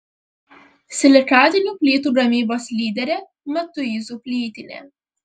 silikatinių plytų gamybos lyderė matuizų plytinė